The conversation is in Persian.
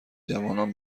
جوانان